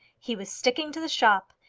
he was sticking to the shop,